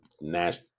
Nash